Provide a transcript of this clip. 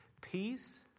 peace